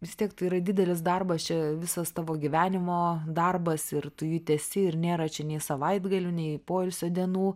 vis tiek tai yra didelis darbas čia visas tavo gyvenimo darbas ir tu jį tęsi ir nėra čia nei savaitgalių nei poilsio dienų